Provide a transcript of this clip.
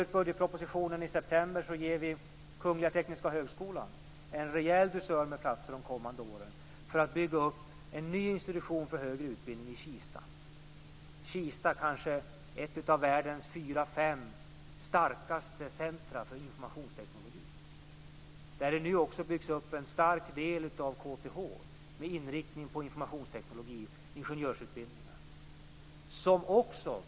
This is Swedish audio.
I budgetpropositionen i september gav vi Kungl. Tekniska högskolan en rejäl dusör med platser för de kommande åren för att bygga upp en ny institution för högre utbildning i Kista. Kista är kanske ett av världens fyra fem starkaste centrum för informationsteknologi, där det nu också byggs upp en stark del av KTH med inriktning på informationsteknologi och ingenjörsutbildningar.